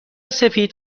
سفید